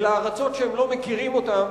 אל הארצות שהם לא מכירים אותן,